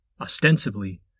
Ostensibly